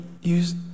use